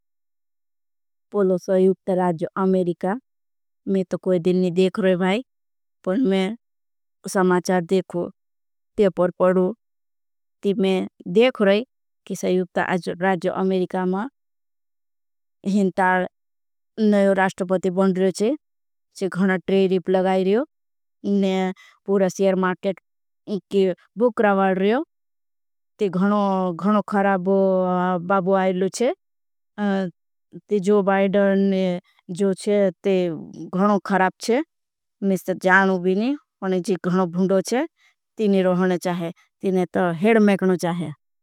मैं तो कोई दिनने देख रहा है भाई पर मैं समाचार देखू। ते पर पड़ू ती मैं देख रहा है कि सायूप्ता आज राज्यो। अमेरिका मां हिंटा नयो राष्टोपती। बन रहे है छे घणा ट्रेय रिप लगाई रहे हो ने पूरा सियर। मार्केट इंके बुक राव रहे हो ती घणो। घणो खराब बाबू आईलू छे ती जो। बाइड़न जो छे ती घणो खराब छे मिस्तर जानू भीनी और। जी घणो भूंडो छे तीनी रहने चाहे तीने तो हेड मेकनो चाहे।